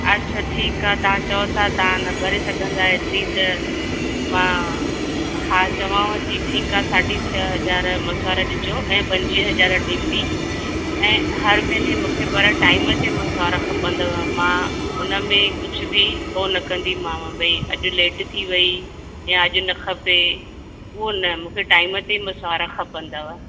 अच्छा ठीक आहे तव्हां चओ था तव्हां न भरे सघंदा एतिरी त मां हा चवांवती ठीक आहे साढी छह हज़ार मसिवाड़ ॾिजो ऐं पंजवीह हज़ार डीपी ऐं हर महिने मूंखे पर टाइम ते मसिवाड़ खपंदव मां उन में कुझु बि हो न कंदीमांव भई अॼु लेट थी वई या अॼु न खपे उहो न मूंखे टाइम ते मसिवाड़ खपंदव